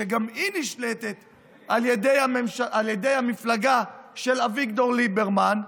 שגם היא נשלטת על ידי המפלגה של אביגדור ליברמן,